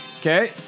Okay